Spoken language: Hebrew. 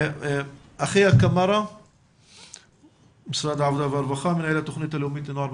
אחיה קמארה ממשרד העבודה והרווחה בבקשה.